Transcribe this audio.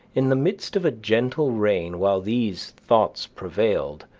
in the midst of a gentle rain while these thoughts prevailed,